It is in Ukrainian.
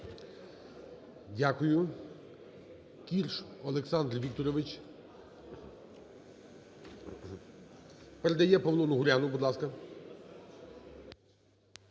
Дякую. Кірш Олександр Вікторович. Передає Павлу Унгуряну. Будь ласка.